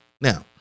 Now